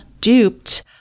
duped